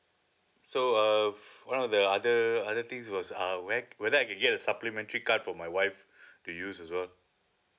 so uh one of the other other things was uh wheth~ whether I can get the supplementary card for my wife to use as well